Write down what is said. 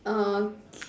uh k~